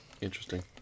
Interesting